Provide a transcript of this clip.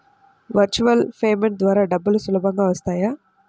Virtual payment ద్వారా డబ్బులు సులభంగా వస్తాయా?